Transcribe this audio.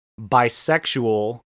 bisexual